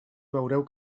veureu